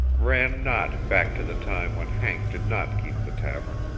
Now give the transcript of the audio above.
ran not back to the time when hank did not keep the tavern.